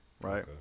right